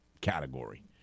category